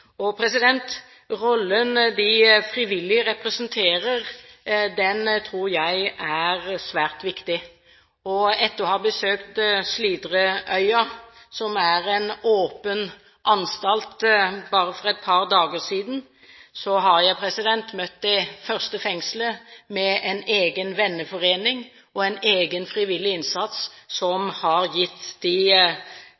de frivillige representerer, tror jeg er svært viktig. Etter å ha besøkt Slidreøya, som er en åpen anstalt, bare for et par dager siden, har jeg møtt det første fengselet med en egen venneforening og en egen frivillig innsats som